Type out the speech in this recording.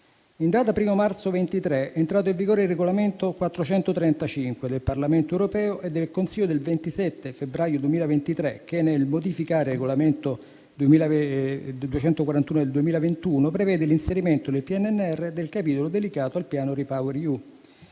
In data 1o marzo 2023, è entrato in vigore il regolamento n. 435 del Parlamento europeo e del Consiglio, del 27 febbraio 2023, che, nel modificare il regolamento n. 241 del 2021, prevede l'inserimento nel PNRR del capitolo dedicato al piano REPowerEU